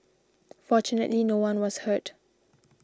fortunately no one was hurt